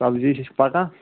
سبزی چھِ اَسہِ پَکان